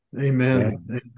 Amen